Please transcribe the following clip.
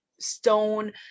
stone